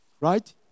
Right